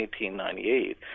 1898